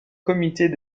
comités